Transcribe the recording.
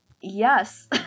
yes